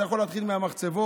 זה יכול להתחיל מהמחצבות,